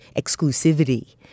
exclusivity